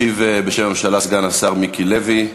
ישיב בשם הממשלה סגן השר מיקי לוי,